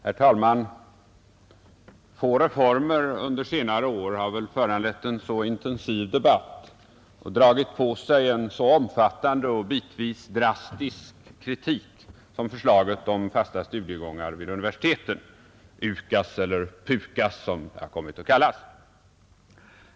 Herr talman! Få reformer under senare år har väl föranlett en så intensiv debatt och dragit på sig en så omfattande och bitvis drastisk kritik som förslaget om fasta studiegångar vid universiteten, UKAS — eller PUKAS som det har kommit att kallas.